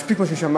מספיק מה ששמעתי,